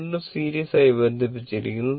ഇവ രണ്ടും സീരീസ് ആയി ബന്ധിപ്പിച്ചിരിക്കുന്നു